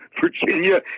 Virginia